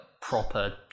Proper